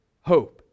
hope